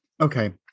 Okay